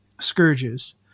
scourges